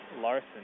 Larson